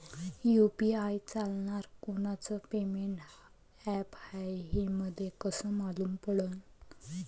UPI चालणारं कोनचं payment app हाय, हे मले कस मालूम पडन?